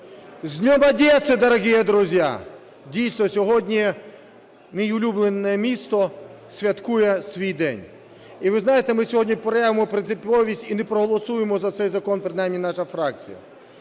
З днем Одессы дорогие друзья! Дійсно, моє улюблене місто святкує свій день. І ви знаєте, ми сьогодні проявимо принциповість і не проголосуємо за цей закон, принаймні наша фракція.